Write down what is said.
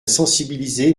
sensibiliser